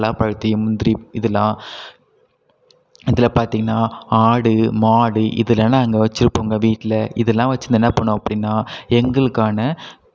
பலாப்பழத்தையும் முந்திரியும் இதெலாம் இதில் பார்த்தீங்கன்னா ஆடு மாடு இதெலாம் நாங்கள் வச்சுருப்போங்க வீட்டில் இதெல்லாம் வச்சுருந்து என்ன பண்ணுவோம் அப்படின்னா எங்களுக்கான